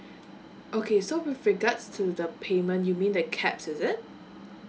okay so with regards to the payment you mean the cap is it